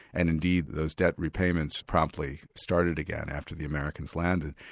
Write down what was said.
and indeed those debt repayments promptly started again after the americans landed.